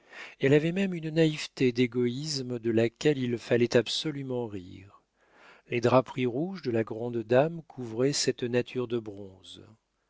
elle avait même une naïveté d'égoïsme de laquelle il fallait absolument rire les draperies rouges de la grande dame couvraient cette nature de bronze